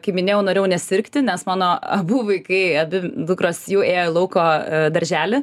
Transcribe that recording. kaip minėjau norėjau nesirgti nes mano abu vaikai abi dukros jau ėjo į lauko darželį